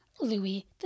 Louis